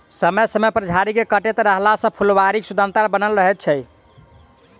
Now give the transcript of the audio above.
समय समय पर झाड़ी के काटैत रहला सॅ फूलबाड़ीक सुन्दरता बनल रहैत छै